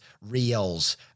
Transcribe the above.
reels